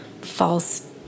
false